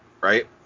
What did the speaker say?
right